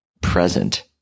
present